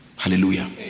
Hallelujah